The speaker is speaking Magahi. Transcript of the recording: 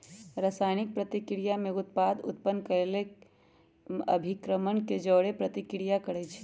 रसायनिक प्रतिक्रिया में उत्पाद उत्पन्न केलेल अभिक्रमक के जओरे प्रतिक्रिया करै छै